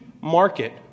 market